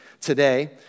today